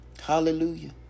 Hallelujah